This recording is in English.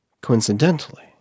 Coincidentally